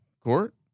court